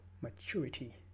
maturity